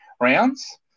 rounds